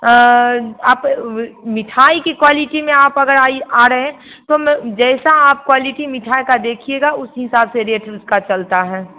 आ आप मिठाई की क्वालिटी में आप अगर आइ आ रहें तो मैं जैसा आप क्वालिटी मिठाई का देखिएगा उसी हिसाब से रेट उसका चलता है